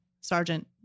Sergeant